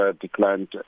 declined